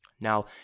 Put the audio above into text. now